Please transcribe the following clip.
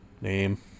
name